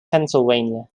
pennsylvania